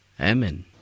Amen